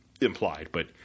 implied—but